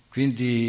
Quindi